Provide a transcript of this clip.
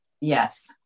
Yes